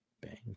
bang